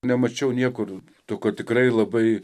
nemačiau niekur tokio tikrai labai